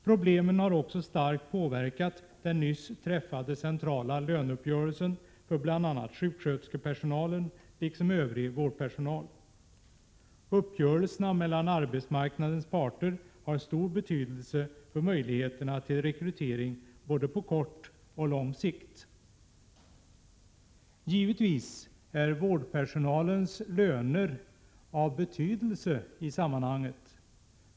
Problemen har också starkt påverkat den nyss träffade centrala löneuppgörelsen för bl.a. sjuksköterskepersonalen och övrig vårdpersonal. Uppgörelserna mellan arbetsmarknadens parter har stor betydelse för möjligheterna till rekrytering både på kort och på lång sikt. Givetvis är vårdpersonalens löner av betydelse i detta sammanhang.